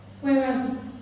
Whereas